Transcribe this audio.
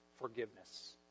forgiveness